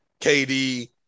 KD